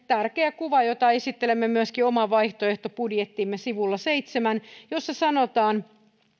tärkeä kuva jota esittelemme myöskin oman vaihtoehtobudjettimme sivulla seitsemän jossa sanotaan